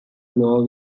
law